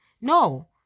No